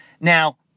Now